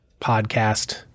podcast